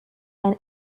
air